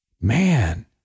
man